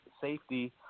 safety